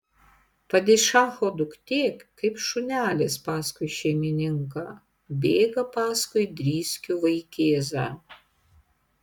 padišacho duktė kaip šunelis paskui šeimininką bėga paskui driskių vaikėzą